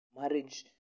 marriage